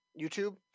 YouTube